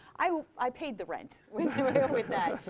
i i paid the rent with with that.